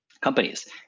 companies